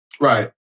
Right